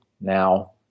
now